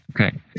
Okay